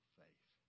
faith